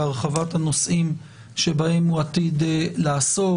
ובהרחבת הנושאים שבהם הוא עתיד לעסוק.